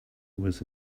was